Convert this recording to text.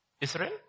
Israel